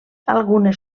algunes